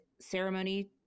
ceremony